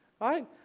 right